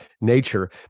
nature